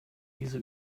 diese